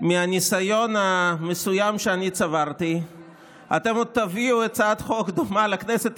מהניסיון המסוים שאני צברתי אתם עוד תביאו הצעת חוק דומה לכנסת,